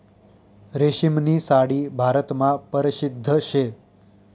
रेशीमनी साडी भारतमा परशिद्ध शे